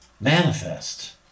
manifest